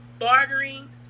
bartering